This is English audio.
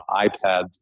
iPads